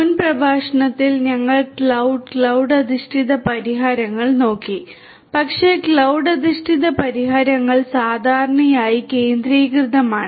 മുൻ പ്രഭാഷണത്തിൽ ഞങ്ങൾ ക്ലൌഡ് ക്ലൌഡ് അധിഷ്ഠിത പരിഹാരങ്ങൾ നോക്കി പക്ഷേ ക്ലൌഡ് അധിഷ്ഠിത പരിഹാരങ്ങൾ സാധാരണയായി കേന്ദ്രീകൃതമാണ്